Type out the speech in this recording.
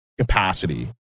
capacity